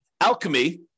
Alchemy